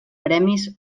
premis